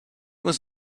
was